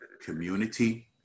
community